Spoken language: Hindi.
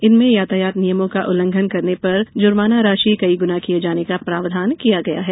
इनमें यातायात नियमों का उल्लंघन करने पर जुर्माना राशि कई गुना किये जाने का प्रावधान किया गया है